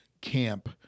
camp